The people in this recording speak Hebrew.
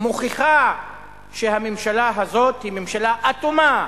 שמוכיחה שהממשלה הזאת היא ממשלה אטומה,